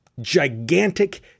gigantic